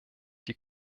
die